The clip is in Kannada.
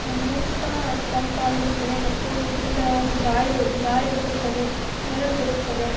ಮನೆಯ ಸುತ್ತ ತಂಪಾಗಿರುತ್ತದೆ ಮತ್ತು ಸುಂದರವಾಗಿ ಗಾಳಿ ಗಾಳಿ ಬಿಡುತ್ತದೆ ನೆರಳು ನೀಡುತ್ತದೆ